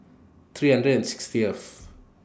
three hundred and sixtieth